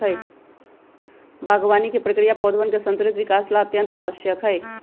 बागवानी के प्रक्रिया पौधवन के संतुलित विकास ला अत्यंत आवश्यक हई